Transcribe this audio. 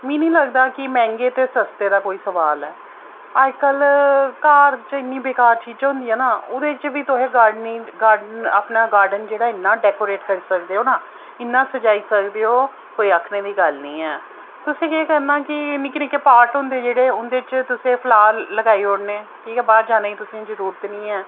मी नी लगदा कि मैंह्गे ते सस्ते दा कोई सवाल ऐ अज्जकल घर च इन्नी बेकार चीजां होंदियां न ओह्दे च बी तुसें गार्डनी गार्ड अपना गार्डन जेह्ड़ा ऐ इन्ना डैकोरेट करी सकदे ओ ना इन्ना सजाई सकदे ओ कोई आक्खने दी गल्ल नेईं ऐ तुसें केह् करना कि निक्के निक्के पार्ट होंदे जेह्ड़े उं'दे च तुसें फ्लावर लगाई ओड़ने कि के बाह्र जाने दी तुसेंगी जरूरत नी ऐ